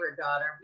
daughter